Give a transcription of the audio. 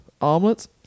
Omelets